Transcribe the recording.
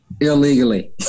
Illegally